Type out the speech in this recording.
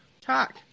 talk